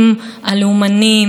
להפסיק את הפילוג,